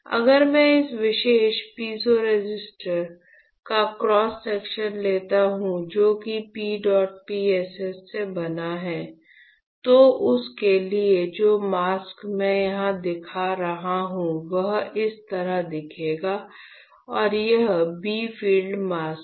अगर मैं इस विशेष पीजो रेसिस्टर का क्रॉस सेक्शन लेता हूं जो कि P डॉट PSS से बना है तो उसके लिए जो मास्क मैं यहां दिखा रहा हूं वह इस तरह दिखेगा और यह b फील्ड मास्क है